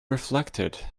reflected